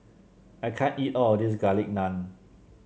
I can't eat all of this Garlic Naan